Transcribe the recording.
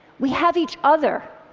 we have each other.